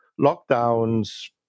lockdowns